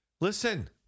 listen